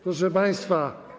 Proszę państwa.